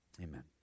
amen